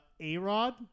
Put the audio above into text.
A-Rod